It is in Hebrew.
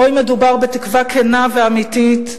או אם מדובר בתקווה כנה ואמיתית.